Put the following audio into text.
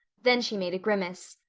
then she made a grimace.